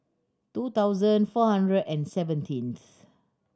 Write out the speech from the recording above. two thousand four hundred and seventeenth